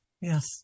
Yes